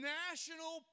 national